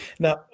Now